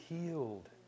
healed